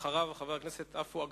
ואחריו, חבר הכנסת עפו אגבאריה.